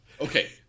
Okay